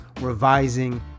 revising